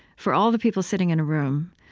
for all the people sitting in a room,